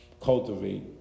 cultivate